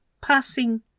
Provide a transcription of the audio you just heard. passing